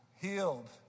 Healed